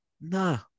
No